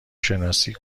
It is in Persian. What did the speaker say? شناسی